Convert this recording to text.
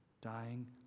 Dying